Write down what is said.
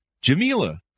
Jamila